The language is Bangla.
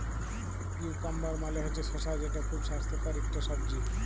কিউকাম্বার মালে হছে শসা যেট খুব স্বাস্থ্যকর ইকট সবজি